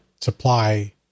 supply